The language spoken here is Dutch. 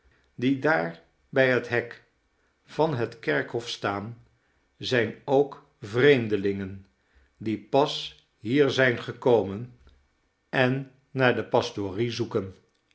die daar bij het hek van het kerkhof staan zijn ook vreemdelingen die pas hier zijn gekomen en naar de pastorie zoeken